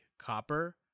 Copper